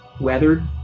weathered